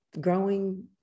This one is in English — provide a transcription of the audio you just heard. growing